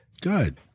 Good